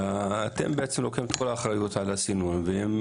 אתם בעצם לוקחים את כל האחריות על הסינון והם